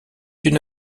une